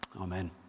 Amen